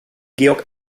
georg